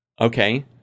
Okay